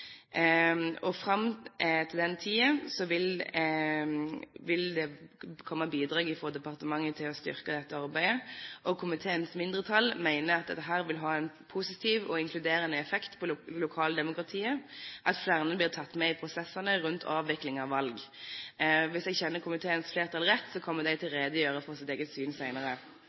listekandidater. Fram til den tiden vil det komme bidrag fra departementet til å styrke dette arbeidet. Komiteens mindretall mener at dette vil ha en positiv og inkluderende effekt på lokaldemokratiet – at flere blir tatt med i prosessene rundt avvikling av valg. Hvis jeg kjenner komiteens flertall rett, kommer de til å redegjøre for sitt eget syn